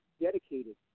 dedicated